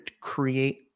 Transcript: create